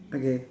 okay